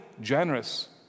generous